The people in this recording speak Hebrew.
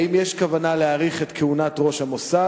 3. האם יש כוונה להאריך את כהונת ראש המוסד?